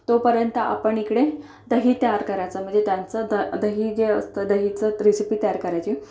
तोपर्यंत आपण इकडे दही तयार करायचं म्हणजे त्यांचं द दही जे असतं दहीचं रेसिपी तयार करायची